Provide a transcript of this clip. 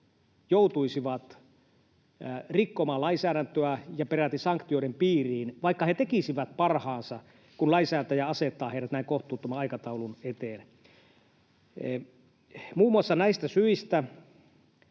joutuisivat rikkomaan lainsäädäntöä ja peräti sanktioiden piiriin, vaikka he tekisivät parhaansa, kun lainsäätäjä asettaa heidät näin kohtuuttoman aikataulun eteen. Muun muassa näistä syistä